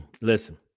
listen